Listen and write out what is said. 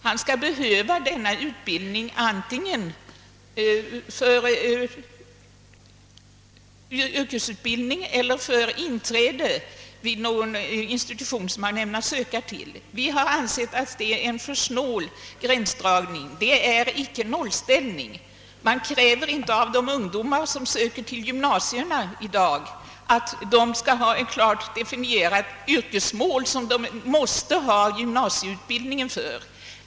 Han skall behöva denna utbildning antingen för ett yrke eller för inträde vid någon institution som han ämnar söka till. Vi har ansett att det är en för snål gränsdragning, som icke innebär någon nollställning. Man kräver inte av de ungdomar som i dag söker till gymnasierna att de skall ha ett klart definierat yrkesmål som de måste ha gymnasieutbildningen för.